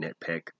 nitpick